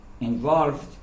involved